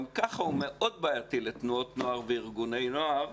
גם ככה הוא מאוד בעייתי לתנועות נוער וארגוני נוער,